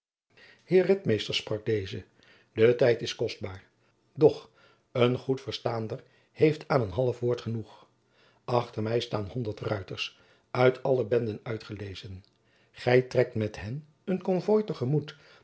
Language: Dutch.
heer ritmeester sprak deze de tijd is kostbaar doch een goed verstaander heeft aan een half woord genoeg achter mij staan honderd ruiters uit alle benden uitgelezen gij trekt met hen een